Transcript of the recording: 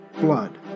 Blood